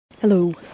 Hello